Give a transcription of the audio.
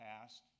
past